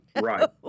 Right